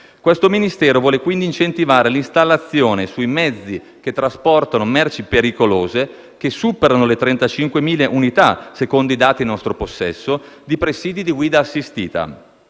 Questo Ministero vuole quindi incentivare l'installazione sui mezzi che trasportano merci pericolose - che superano le 35.000 unità, secondo i dati in nostro possesso - di presidi di guida assistita.